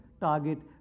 target